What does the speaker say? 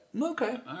Okay